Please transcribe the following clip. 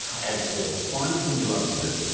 absolutely. find the thing you love to do.